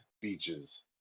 beaches